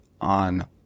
on